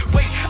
Wait